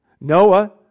Noah